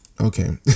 okay